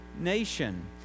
nation